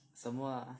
什么 lah